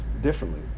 differently